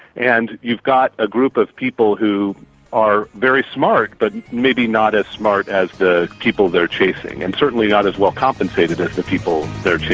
and you've got a group of people who are very smart, but maybe not as smart as the people they're chasing, and certainly not as well compensated as the people they're chasing.